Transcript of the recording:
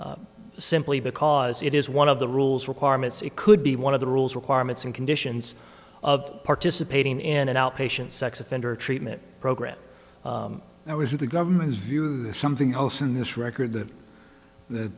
release simply because it is one of the rules requirements it could be one of the rules requirements and conditions of participating in an outpatient sex offender treatment program that was in the government's view something else in this record that the